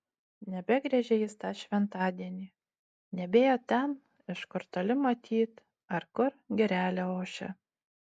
nebegriežė jis tą šventadienį nebėjo ten iš kur toli matyt ar kur girelė ošia